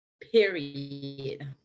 Period